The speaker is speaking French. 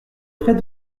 frais